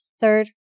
Third